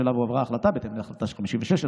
שאליו הועברה בהתאם להחלטה 56,